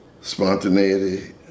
spontaneity